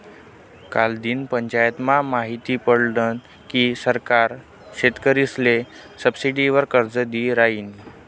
कालदिन पंचायतमा माहिती पडनं की सरकार शेतकरीसले सबसिडीवालं कर्ज दी रायनी